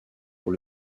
pour